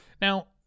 Now